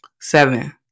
Seven